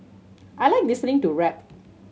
I like listening to rap